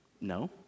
No